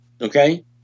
Okay